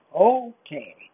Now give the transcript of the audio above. Okay